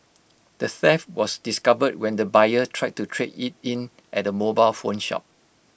the theft was discovered when the buyer tried to trade IT in at A mobile phone shop